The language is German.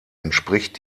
entspricht